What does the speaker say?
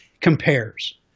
compares